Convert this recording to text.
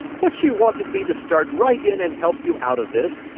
but she wanted me to start right in and help you out of this,